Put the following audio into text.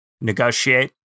negotiate